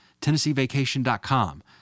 TennesseeVacation.com